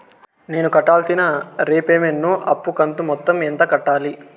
నేను కట్టాల్సిన రీపేమెంట్ ను అప్పు కంతు మొత్తం ఎంత కట్టాలి?